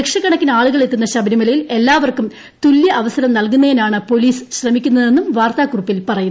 ലക്ഷക്കണക്കിന് ആളുകൾ എത്തുന്ന ശബരിമലയിൽ എല്ലാവർക്കും തുല്യാവസരം നൽകുന്നതിനാണ് പോലീസ് ശ്രമിക്കുന്നതെന്നും വാർത്താക്കുറിപ്പിൽ പറയുന്നു